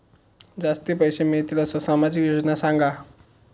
जास्ती पैशे मिळतील असो सामाजिक योजना सांगा?